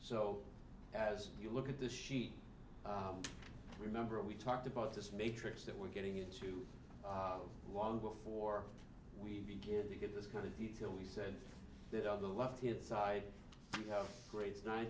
so as you look at this sheet remember we talked about this matrix that we're getting into long before we begin to get this kind of detail we said that on the left hand side you have grades nine